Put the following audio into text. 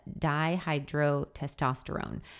dihydrotestosterone